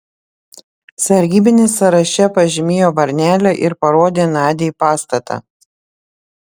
sargybinis sąraše pažymėjo varnelę ir parodė nadiai pastatą